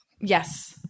yes